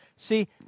See